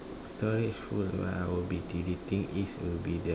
storage full what I will be deleting is the